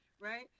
Right